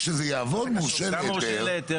כשזה יעבוד, מורשה להיתר